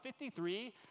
53